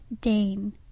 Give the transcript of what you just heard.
Dane